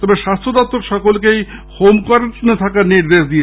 তবে স্বাস্থ্য দপ্তর সকলকেই হোম কোয়ারান্টাইনের নির্দেশ দিয়েছে